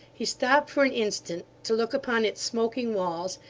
he stopped for an instant to look upon its smoking walls,